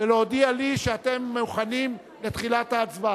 ולהודיע לי שאתם מוכנים לתחילת ההצבעה.